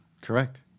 Correct